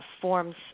forms